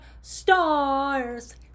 stars